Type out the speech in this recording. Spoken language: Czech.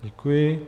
Děkuji.